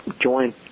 Join